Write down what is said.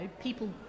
people